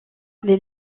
les